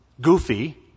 goofy